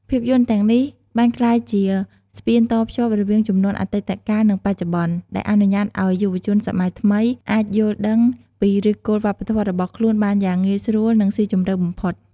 ភាពយន្តទាំងនេះបានក្លាយជាស្ពានតភ្ជាប់រវាងជំនាន់អតីតកាល និងបច្ចុប្បន្ន ដែលអនុញ្ញាតឲ្យយុវជនសម័យថ្មីអាចយល់ដឹងពីឫសគល់វប្បធម៌របស់ខ្លួនបានយ៉ាងងាយស្រួលនិងស៊ីជម្រៅបំផុត។